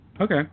Okay